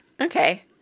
Okay